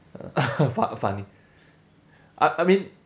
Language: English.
uh fu~ funny I I mean